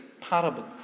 parable